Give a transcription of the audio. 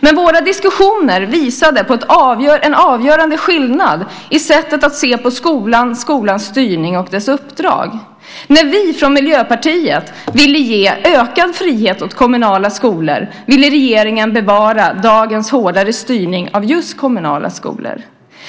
Men våra diskussioner visade på en avgörande skillnad i sättet att se på skolan, skolans styrning och uppdrag. När vi från Miljöpartiet ville ge ökad frihet åt kommunala skolor ville regeringen bevara dagens hårdare styrning av just kommunala skolor.